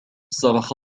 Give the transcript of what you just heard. صرخت